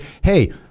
hey